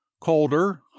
Colder